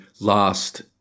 last